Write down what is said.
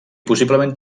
possiblement